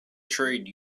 trade